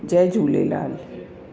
Jay Jhulelal